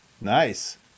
nice